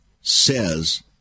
says